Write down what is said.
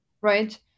Right